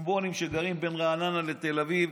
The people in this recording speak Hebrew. צפונבונים שגרים בין רעננה לתל אביב,